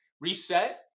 reset